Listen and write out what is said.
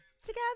together